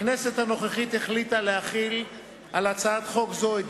הכנסת הנוכחית החליטה להחיל על הצעת חוק זו את